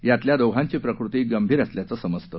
यातल्या दोघांची प्रकृती गंभीर असल्याचं समजतं